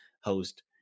host